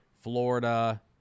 Florida